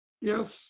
Yes